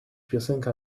piosenka